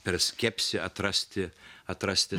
per skepsį atrasti atrasti